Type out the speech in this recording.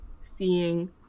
seeing